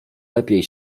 lepiej